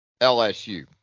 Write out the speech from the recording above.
lsu